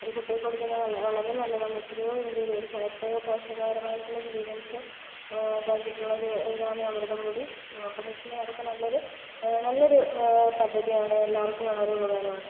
അത് കുട്ടികൾക്ക് കൊടുക്കുന്നത് വളരെ വളരെ നല്ലതാണ് എത്രയോ ഇൻഗ്രീഡിയൻസ് എത്രയോ പോഷകകരമായിട്ടുള്ള ഇൻഗ്രീഡിയൻസ് ഇതാക്കിട്ടുള്ള ഒരു ഇതാണ് അമൃതം പൊടി അപ്പം എന്ന് വെച്ചിട്ടുണ്ടെങ്കിൽ അതൊക്കെ നല്ലൊരു നല്ലൊരു പദ്ധതി ആണ് എല്ലാവർക്കും വളരെ ഉപകാരമാണ്